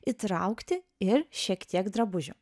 įtraukti ir šiek tiek drabužių